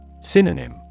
Synonym